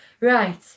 Right